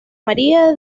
maría